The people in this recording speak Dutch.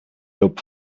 loop